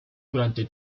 durante